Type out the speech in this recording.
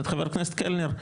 את חבר הכנסת קלנר.